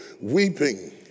weeping